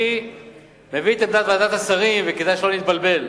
אני מביא את עמדת ועדת השרים, וכדאי שלא נתבלבל: